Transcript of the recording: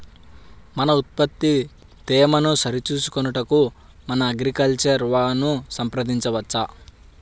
మన ఉత్పత్తి తేమను సరిచూచుకొనుటకు మన అగ్రికల్చర్ వా ను సంప్రదించవచ్చా?